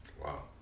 Wow